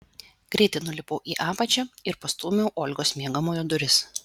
greitai nulipau į apačią ir pastūmiau olgos miegamojo duris